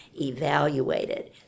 evaluated